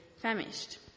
famished